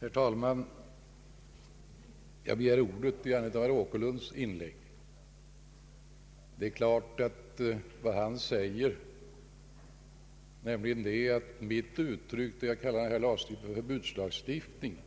Herr talman! Jag begärde ordet med anledning av herr Åkerlunds inlägg. Han säger att mitt uttryck är felaktigt, då jag kallar denna lagstiftning för en förbudslagstiftning.